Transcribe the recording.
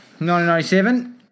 1997